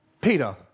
Peter